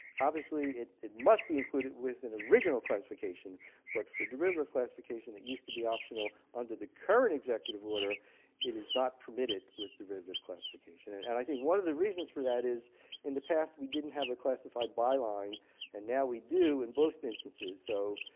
obviously it it must be included with an original classification but with a derivative classification it used to be optional. under the current executive order it is not permitted with derivative classification. and and i think one of the reasons for that is in the past we didn't have a classified by line and now we do in most instances so